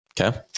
Okay